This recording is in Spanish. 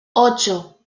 ocho